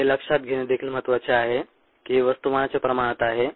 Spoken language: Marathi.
हे लक्षात घेणे देखील महत्त्वाचे आहे की हे वस्तुमानाच्या प्रमाणात आहे